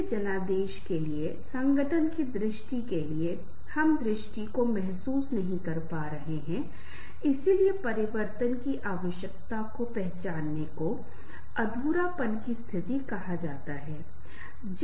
हमारी समझ के लिए आप देख सकते हैं कि कोई भी रिश्ता 4 चरण का होता हैं जैसे की पासिंग काजुअल मॉडरेट डीप